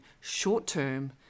short-term